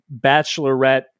bachelorette